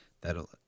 that'll